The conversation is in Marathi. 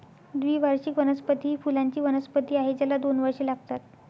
द्विवार्षिक वनस्पती ही फुलांची वनस्पती आहे ज्याला दोन वर्षे लागतात